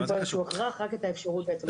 אין פה איזשהו הכרח, רק את האפשרות בעצם.